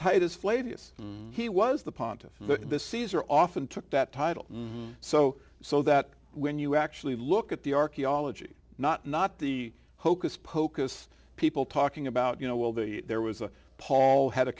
titus flavius he was the pontiff but the caesar often took that title so so that when you actually look at the archaeology not not the hocus pocus people talking about you know well the there was a paul had a